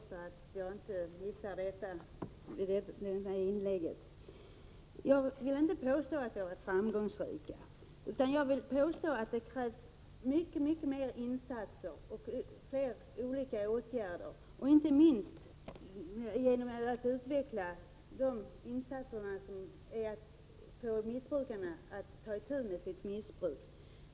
Fru talman! Jag vill börja med att svara Elving Andersson så att jag inte missar det också denna gång. Jag vill inte påstå att vi har varit framgångsrika. Det krävs mycket mer insatser och många olika åtgärder, inte minst när det gäller att försöka få missbrukarna att ta itu med sitt missbruk.